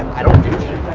i don't do shit.